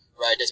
right